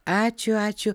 ačiū ačiū